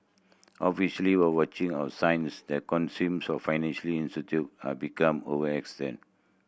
officially are watching of signs that consumes or financially are become overextend